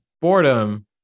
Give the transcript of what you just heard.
boredom